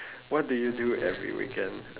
what do you do every weekend